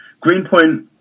Greenpoint